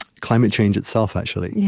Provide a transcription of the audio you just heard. climate change itself, actually, yeah